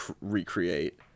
recreate